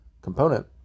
component